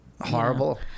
Horrible